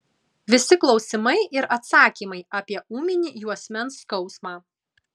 visi klausimai ir atsakymai apie ūminį juosmens skausmą